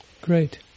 Great